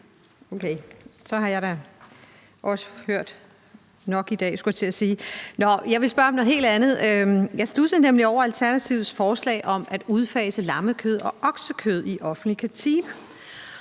Jeg studsede nemlig over Alternativets forslag om at udfase lammekød og oksekød i offentlige